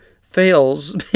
fails